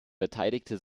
verteidigte